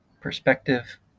perspective